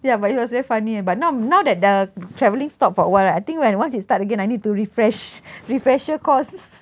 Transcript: ya but it was very funny uh but now now that the travelling stopped for awhile right I think when once it start again I need to refresh refresher courses